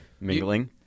Mingling